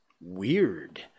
weird